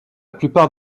plupart